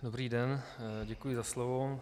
Dobrý den, děkuji za slovo.